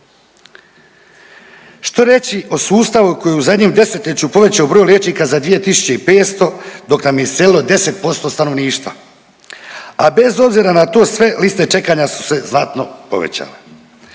Što reći o sustavu koji je u zadnjem desetljeću povećao broj liječnika za 2500 dok nam je iselilo 10% stanovništva, a bez obzira na to sve, liste čekanja su se znatno povećale.